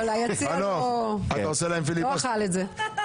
אבל היציע לא אכל את זה.